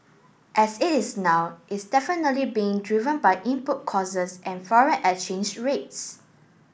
as it is now is definitely being driven by input costs and foreign exchange rates